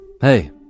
Hey